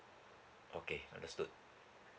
okay understood